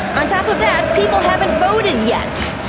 on top of that, people haven't voted yet.